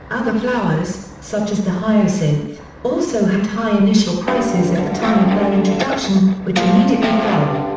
other flowers, such as the hyacinth, also had high initial prices at the time of their introduction, which immediately fell.